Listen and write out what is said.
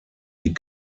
die